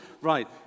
Right